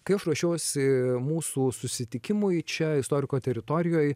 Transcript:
kai aš ruošiausi mūsų susitikimui čia istoriko teritorijoj